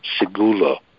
segula